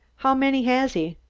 how many has he?